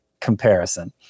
comparison